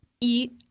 eat –